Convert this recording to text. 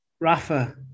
Rafa